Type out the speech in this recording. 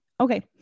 Okay